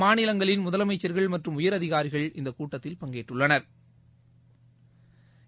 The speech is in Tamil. மாநிலங்களின் முதலமைச்சர்கள் மற்றும் உயரதிகாரிகள் இக்கூட்டத்தில் பங்கேற்றுள்ளனா்